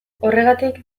horregatik